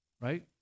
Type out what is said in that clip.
right